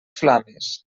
flames